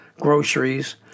groceries